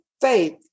faith